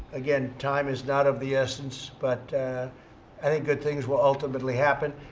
again, time is not of the essence, but i think good things will ultimately happen.